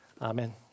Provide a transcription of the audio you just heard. Amen